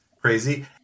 crazy